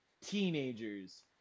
teenagers